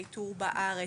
באיתור בארץ.